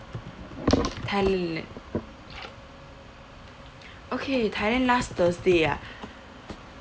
thailand okay thailand last thursday ah